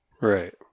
right